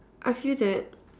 I feel that